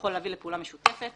שיכול להביא לפעולה משותפת.